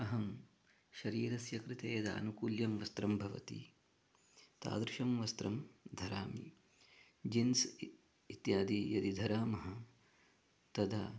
अहं शरीरस्य कृते यदा अनुकूलं वस्त्रं भवति तादृशं वस्त्रं धरामि जीन्स् इ इत्यादि यदि धरामः तदा